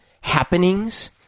happenings